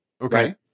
okay